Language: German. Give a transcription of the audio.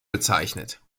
bezeichnet